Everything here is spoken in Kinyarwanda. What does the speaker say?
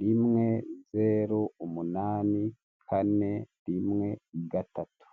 rimwe zeru umunani kane rimwe gatatu.